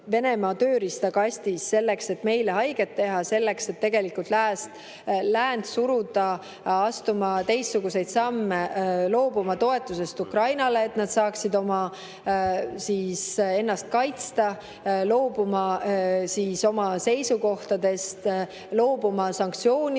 Venemaa tööriistakastis, selleks et meile haiget teha, selleks et tegelikult läänt suruda astuma teistsuguseid samme, loobuma toetusest Ukrainale, et nad saaksid ennast kaitsta, loobuma oma seisukohtadest, loobuma sanktsioonidest